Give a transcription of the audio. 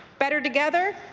better together?